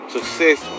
Success